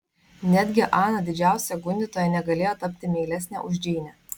netgi ana didžiausia gundytoja negalėjo tapti meilesnė už džeinę